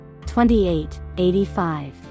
28.85